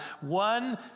one